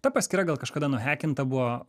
ta paskyra gal kažkada nuhekinta buvo